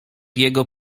jego